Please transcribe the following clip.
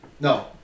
No